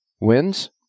Wins